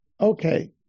Okay